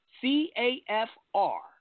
C-A-F-R